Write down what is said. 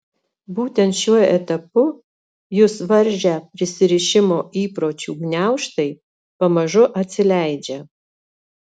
būtent šiuo etapu jus varžę prisirišimo įpročių gniaužtai pamažu atsileidžia